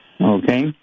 Okay